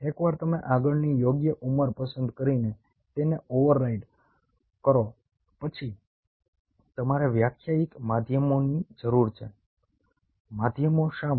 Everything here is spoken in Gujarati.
એકવાર તમે આગળની યોગ્ય ઉંમર પસંદ કરીને તેને ઓવરરાઇડ કરો પછી તમારે વ્યાખ્યાયિત માધ્યમોની જરૂર છે માધ્યમો શા માટે